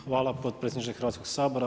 Hvala, potpredsjedniče Hrvatskoga sabora.